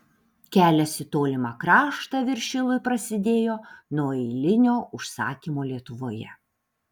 kelias į tolimą kraštą viršilui prasidėjo nuo eilinio užsakymo lietuvoje